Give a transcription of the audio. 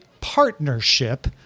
partnership